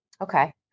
Okay